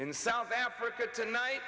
in south africa tonight